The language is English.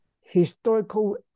historical